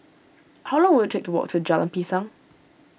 how long will it take to walk to Jalan Pisang